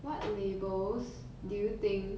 what labels do you think